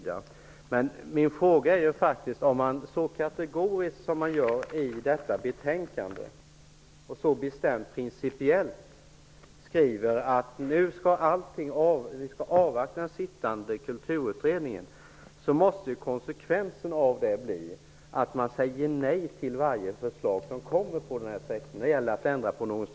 Då undrar jag faktiskt: Om man så kategoriskt som sker i detta betänkande och principiellt så bestämt skriver att vi skall avvakta sittande kulturutredning, måste väl konsekvensen bli att man säger nej till varenda förslag inom den här sektorn när det gäller strukturförändringar.